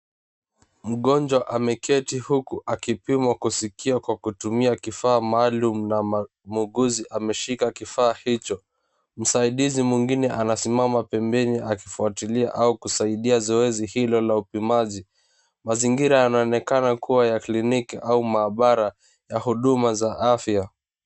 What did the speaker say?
Mgonjwa ameketi huku akipimwa kusikia kwa kutumia kifaa maalum na muuguzi ameshika kifaa hicho. Msaidizi mwingine anasimama pembeni akifuatilia au kusaidia zoezi hilo la upimaji. Mazingira yanaonekana kuwa ya kliniki au maabara ya huduma za afya.